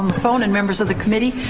phone, and members of the committee.